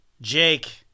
Jake